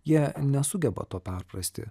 jie nesugeba to perprasti